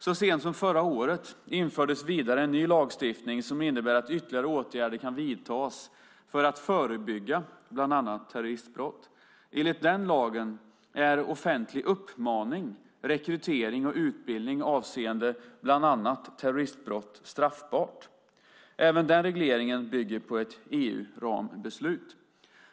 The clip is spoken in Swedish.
Så sent som förra året infördes vidare en ny lagstiftning som innebär att ytterligare åtgärder kan vidtas för att förebygga bland annat terroristbrott. Enligt den lagen är offentlig uppmaning, rekrytering och utbildning avseende bland annat terroristbrott straffbart. Även denna reglering bygger på ett EU-rambeslut.